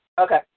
okay